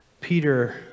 Peter